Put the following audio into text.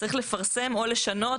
צריך לפרסם או לשנות,